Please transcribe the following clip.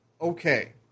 okay